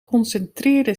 concentreerde